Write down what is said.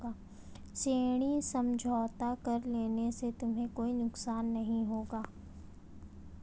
ऋण समझौता कर लेने से तुम्हें कोई नुकसान नहीं होगा